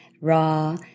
raw